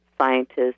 scientists